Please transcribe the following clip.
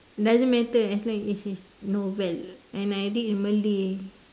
doesn't matter as long as it is novel and I read in Malay